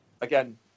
again